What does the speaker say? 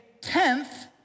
tenth